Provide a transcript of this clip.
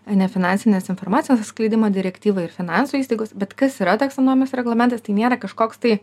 nefinansinės informacijos atskleidimo direktyvą ir finansų įstaigos bet kas yra taksonomijos reglamentas tai nėra kažkoks tai